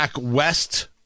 West